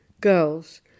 girls